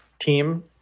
team